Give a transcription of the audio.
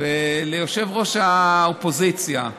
וליושב-ראש האופוזיציה,